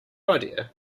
idea